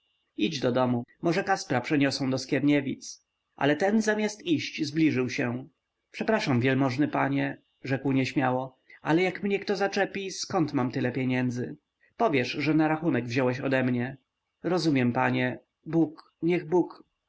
idź do domu może kaspra przeniosą do skierniewic ale ten zamiast iść zbliżył się przepraszam wielmożny panie rzekł nieśmiało ale jak mnie kto zaczepi zkąd mam tyle pieniędzy powiesz że na rachunek wziąłeś ode mnie rozumiem panie bóg niech bóg